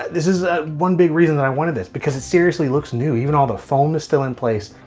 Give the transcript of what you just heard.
this is a one big reason that i wanted this because it seriously looks new. even all the foam is still in place.